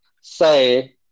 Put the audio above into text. Say